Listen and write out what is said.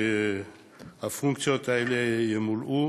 שהפונקציות האלה ימולאו.